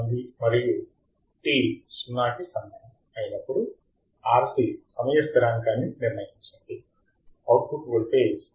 మళ్ళీ t 0 కి సమానం అయినప్పుడు RC సమయ స్థిరాంకాన్ని నిర్ణయించండి అవుట్పుట్ వోల్టేజ్ Vo 10